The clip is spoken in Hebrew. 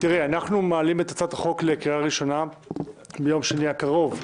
אנחנו מעלים את הצעת החוק לקריאה הראשונה ביום שני הקרוב.